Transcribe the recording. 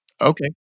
Okay